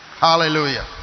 Hallelujah